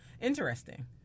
Interesting